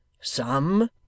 Some